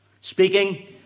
speaking